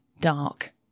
dark